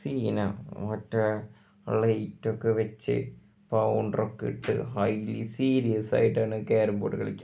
സീനാണ് മറ്റേ ആ ലൈറ്റൊക്കെ വെച്ച് പൗഡറൊക്കെ ഇട്ട് ഹൈയ്ലി സീരിയസായിട്ടാണ് കാരം ബോർഡ് കളിക്കുക